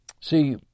See